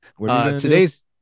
today's